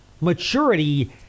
maturity